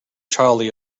charlie